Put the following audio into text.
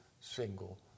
single